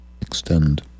extend